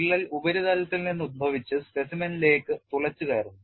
വിള്ളൽ ഉപരിതലത്തിൽ നിന്ന് ഉത്ഭവിച്ച് specimen ലേക്ക് തുളച്ചുകയറുന്നു